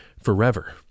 forever